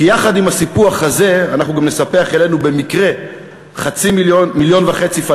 כי יחד עם הסיפוח הזה אנחנו גם נספח אלינו במקרה 1.5 מיליון פלסטינים.